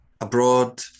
abroad